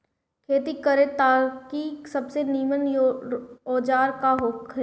खेती करे खातिर सबसे नीमन औजार का हो ला?